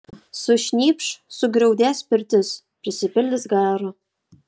sušnypš sugriaudės pirtis prisipildys garo